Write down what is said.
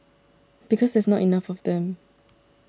because there's not enough of them